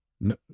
No